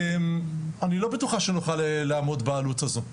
אני לא בטוחה שנוכל לעמוד בעלות הזאת.